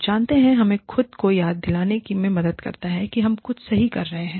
आप जानते हैं यह हमें खुद को याद दिलाने में मदद करता है कि हम कुछ सही कर रहे हैं